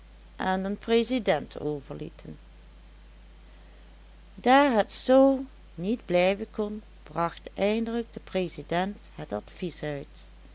aan den president overlieten daar het z niet blijven kon bracht eindelijk de president het advies uit